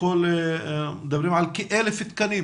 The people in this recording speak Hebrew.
מדברים על כ-1,000 תקנים